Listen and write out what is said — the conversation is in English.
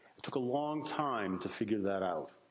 it took a long time to figure that out.